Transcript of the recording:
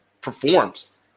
performs